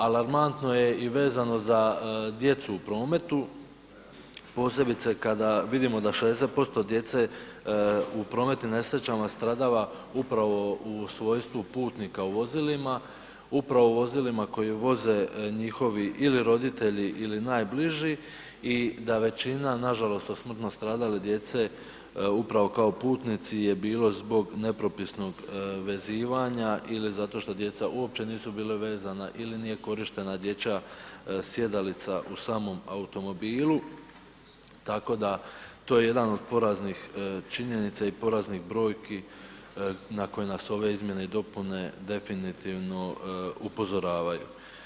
Alarmantno je i vezano za djecu u prometu, posebice kada vidimo da 60% djece u prometnim nesrećama stradava upravo u svojstvu putnika u vozilima, upravo u vozilima koji voze njihovi ili roditelji ili najbliži i da većina nažalost od smrtno stradale djece upravo kao putnici je bilo zbog nepropisnog vezivanja ili zato što djeca uopće nisu bila vezana ili nije korištena dječja sjedalica u samom automobilu tako da to je jedan od poraznih činjenica i poraznih brojki na koje nas ove izmjene i dopune definitivno upozoravaju.